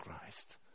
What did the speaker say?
Christ